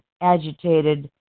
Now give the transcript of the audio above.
agitated